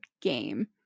game